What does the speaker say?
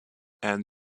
and